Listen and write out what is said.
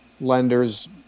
lenders